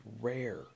rare